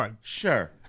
Sure